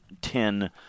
Ten